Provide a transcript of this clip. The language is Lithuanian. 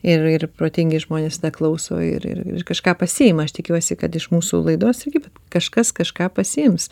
ir ir protingi žmonės klauso ir ir kažką pasiima aš tikiuosi kad iš mūsų laidos irgi kažkas kažką pasiims